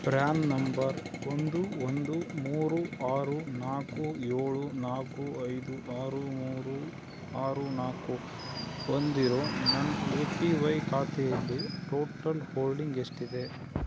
PRAN number ಒಂದು ಒಂದು ಮೂರು ಆರು ನಾಲ್ಕು ಏಳು ನಾಲ್ಕು ಐದು ಆರು ಮೂರು ಆರು ನಾಲ್ಕು ಹೊಂದಿರೋ ನನ್ನ ಎ ಪಿ ವೈ ಖಾತೆಯಲ್ಲಿ ಟೋಟಲ್ ಹೋಲ್ಡಿಂಗ್ ಎಷ್ಟಿದೆ